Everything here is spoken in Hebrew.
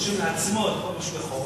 רושם לעצמו את כל מה שהוא יכול,